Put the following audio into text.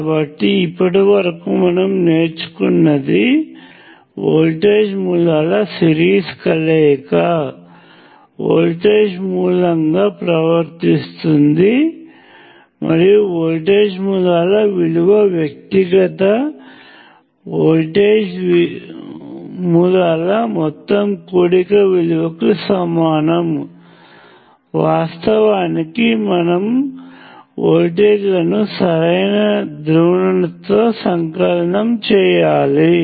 కాబట్టి ఇప్పటివరకు మనం నేర్చుకున్నది వోల్టేజ్ మూలాల సీరీస్ కలయిక వోల్టేజ్ మూలంగా ప్రవర్తిస్తుంది మరియు వోల్టేజ్ మూలాల విలువ వ్యక్తిగత వోల్టేజ్ మూలాల మొత్తం కూడిక విలువకి సమానం వాస్తవానికి మనము వోల్టేజ్లను సరైన ధ్రువణతతో సంకలనం చేయాలి